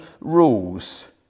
rules